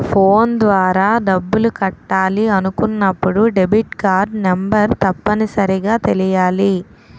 phone ద్వారా డబ్బులు కట్టాలి అనుకున్నప్పుడు డెబిట్కార్డ్ నెంబర్ తప్పనిసరిగా తెలియాలి